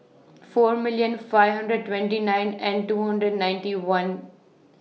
four million five hundred twenty nine and two hundred ninety one